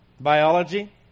biology